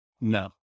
No